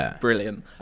Brilliant